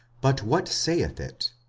but what saith it?